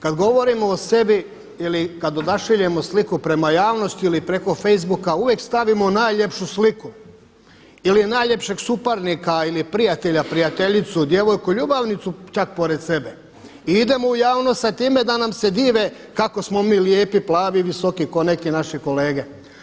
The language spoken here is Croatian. Kad govorimo o sebi ili kad odašiljemo sliku prema javnosti ili preko Facebooka uvijek stavimo najljepšu sliku ili najljepšeg suparnika ili prijatelja, prijateljicu, djevojku, ljubavnicu čak pored sebe i idemo u javnost sa time da nam se dive kako smo mi lijepi, plavi, visoki ko' neki naši kolege.